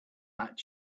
back